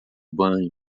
banho